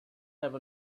have